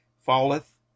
falleth